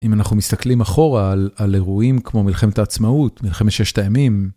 אם אנחנו מסתכלים אחורה על אירועים כמו מלחמת העצמאות, מלחמת ששת הימים.